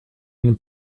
den